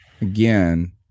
again